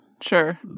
Sure